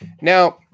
Now